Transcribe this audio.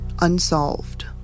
Unsolved